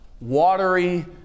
watery